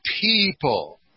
people